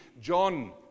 John